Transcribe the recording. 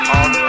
on